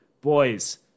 Boys